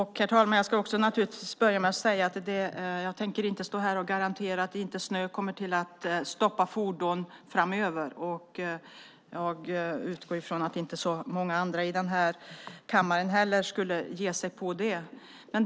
Herr talman! Jag ska börja med att säga att jag inte tänker stå här och garantera att snö inte kommer att stoppa fordon framöver. Jag utgår ifrån att inte så många andra i denna kammare heller skulle ge sig på det.